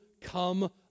come